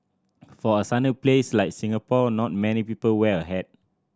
for a sunny place like Singapore not many people wear a hat